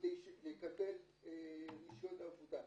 כדי שהוא יקבל רישיון עבודה.